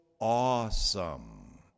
awesome